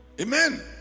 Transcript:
Amen